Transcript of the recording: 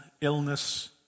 illness